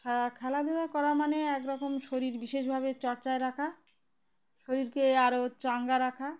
খে খেলাধুলা করা মানে একরকম শরীর বিশেষভাবে চর্চায় রাখা শরীরকে আরও চাঙ্গা রাখা